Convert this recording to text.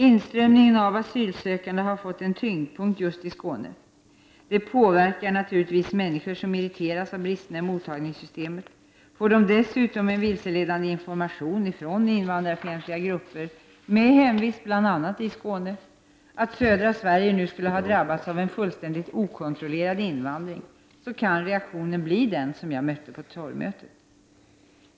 Inströmningen av asylsökande har fått en tyngdpunkt just i Skåne. Det påverkar naturligtvis människor som irriterats av bristerna i mottagningssystemet. Får de dessutom vilseledande information från invandrarfientliga grupper med hemvist bl.a. i Skåne, att södra Sverige nu skulle ha drabbats av en fullständigt okontrollerad invandring, kan reaktionen bli den jag mötte under torgmötet.